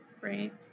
right